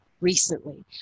recently